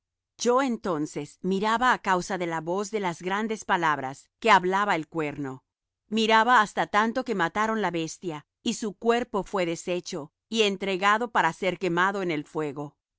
yo entonces miraba á causa de la voz de las grandes palabras que hablaba el cuerno miraba hasta tanto que mataron la bestia y su cuerpo fué deshecho y entregado para ser quemado en el fuego